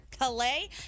Calais